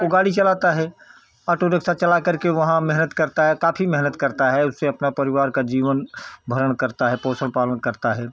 वो गाड़ी चलाता है ऑटो रिक्शा चलाकर के वहाँ मेहनत करता है काफ़ी मेहनत करता है उसे अपना परिवार का जीवन भरण करता है पोषण पालन करता है